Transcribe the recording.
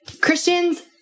Christians